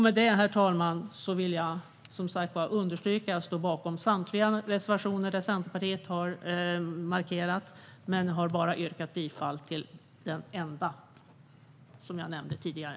Med det, herr talman, vill jag som sagt understryka att jag står bakom samtliga reservationer där Centerpartiet har markerat men att jag yrkar bifall endast till den som jag nämnde tidigare.